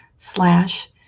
slash